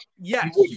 yes